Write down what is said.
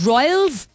Royals